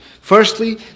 Firstly